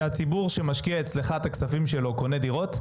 שהציבור שמשקיע אצלך את הכספים שלו קונה דירות,